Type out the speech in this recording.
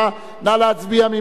נא להצביע: מי בעד?